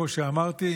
כמו שאמרתי,